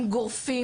הם בגורפים,